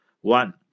One